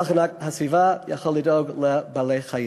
להגנת הסביבה יכול לדאוג לבעלי-חיים.